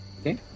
Okay